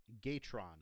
Gatron